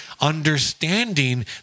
understanding